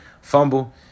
fumble